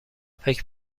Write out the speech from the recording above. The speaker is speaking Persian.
فکر